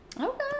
okay